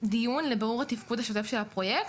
דיון לבירור התפקוד השוטף של הפרויקט,